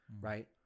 right